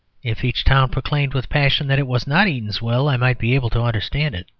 if each town proclaimed with passion that it was not eatanswill, i might be able to understand it.